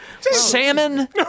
Salmon